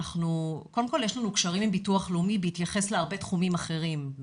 קודם כל יש לנו קשרים עם ביטוח לאומי בהתייחס להרבה תחומים אחרים,